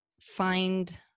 find